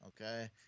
okay